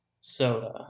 soda